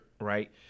right